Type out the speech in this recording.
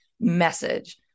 message